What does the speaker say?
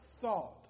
thought